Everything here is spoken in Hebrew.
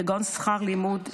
כגון שכר לימוד ודיור.